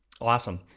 Awesome